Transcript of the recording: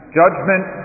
judgment